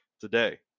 today